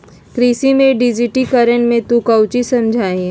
कृषि में डिजिटिकरण से तू काउची समझा हीं?